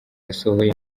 yasohoye